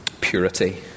Purity